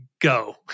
Go